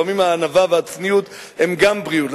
לפעמים הענווה והצניעות הן גם בריאות.